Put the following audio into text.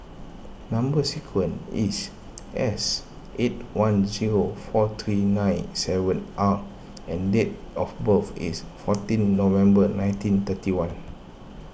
Number Sequence is S eight one zero four three nine seven R and date of birth is fourteen November nineteen thirty one